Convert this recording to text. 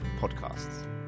podcasts